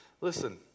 listen